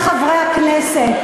חברי חברי הכנסת,